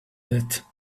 that